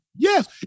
Yes